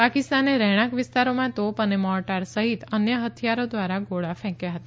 પાકિસ્તાને રહેણાંક વિસ્તારોમાં તોપ અને મોર્ગર સહિત અન્ય હથિયારો દ્વારા ગોળા ફેંક્યાં હતા